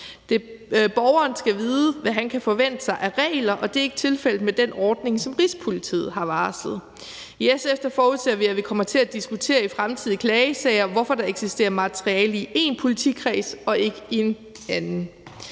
Borgeren skal vide, hvad han kan forvente sig af regler, og det er ikke tilfældet med den ordning, som Rigspolitiet har varslet. I SF forudser vi, at vi i fremtidige klagesager kommer til at diskutere, hvorfor der eksisterer materiale i én politikreds og ikke i en anden.